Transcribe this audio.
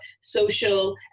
social